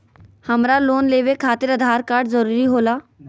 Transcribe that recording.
हमरा लोन लेवे खातिर आधार कार्ड जरूरी होला?